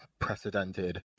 unprecedented